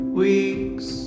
weeks